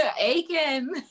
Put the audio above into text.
Aiken